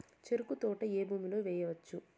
చెరుకు తోట ఏ భూమిలో వేయవచ్చు?